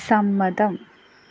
സമ്മതം